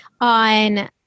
on